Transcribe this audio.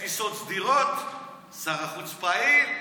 שר החוץ פעיל.